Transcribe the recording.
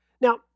Now